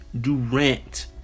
Durant